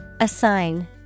Assign